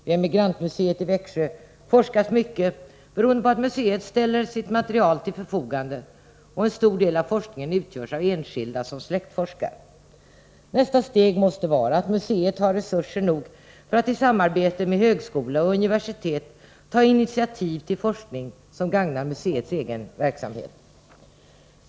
Vid Emigrantmuseet i Växjö forskas mycket beroende på att museet ställer sitt material till förfogande, och en stor del av forskningen utgörs av enskilda som släktforskar. Nästa steg måste vara att museet har resurser nog för att i samarbete med högskola och universitet ta initiativ till forskning som gagnar museets egen verksamhet.